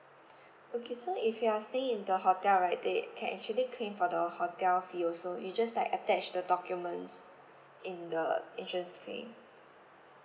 okay so if you're staying in the hotel right they can actually claim for the hotel fee also you just like attach the documents in the insurance claim